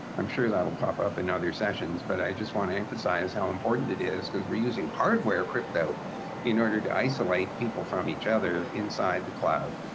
i'm sure that'll pop up in other sessions. but i just want to emphasize how important it is because we're using hardware crypto in order to isolate people from each other inside the cloud,